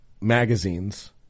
magazines